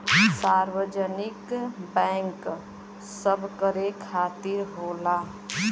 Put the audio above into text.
सार्वजनिक बैंक सबकरे खातिर होला